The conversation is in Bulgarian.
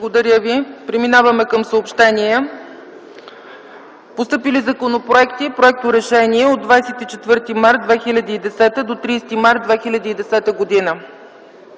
Благодаря Ви. Преминаваме към съобщения. Постъпили законопроекти и проекторешения от 24 март 2010 г. до 30 март 2010 г.: